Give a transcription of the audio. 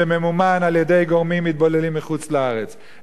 שממומן על-ידי גורמים מתבוללים מחוץ-לארץ,